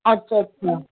अछा अछा